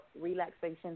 relaxation